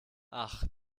ach